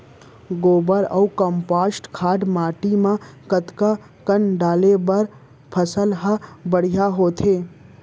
गोबर अऊ कम्पोस्ट खाद माटी म कतका कन डाले बर फसल ह बढ़िया होथे?